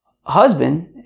husband